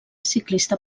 ciclista